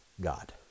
God